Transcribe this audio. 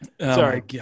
Sorry